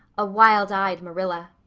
a wild-eyed marilla.